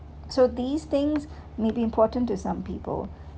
so these things may be important to some people